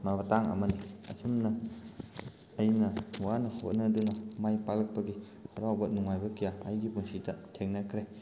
ꯃꯇꯥꯡ ꯑꯃꯅꯤ ꯑꯁꯨꯝꯅ ꯑꯩꯅ ꯋꯥꯅ ꯍꯣꯠꯅꯗꯨꯅ ꯃꯥꯏ ꯄꯥꯛꯂꯛꯄꯒꯤ ꯍꯔꯥꯎꯕ ꯅꯨꯡꯉꯥꯏꯕ ꯀꯌꯥ ꯑꯩꯒꯤ ꯄꯨꯟꯁꯤꯗ ꯊꯦꯡꯅꯈ꯭ꯔꯦ